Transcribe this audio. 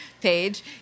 page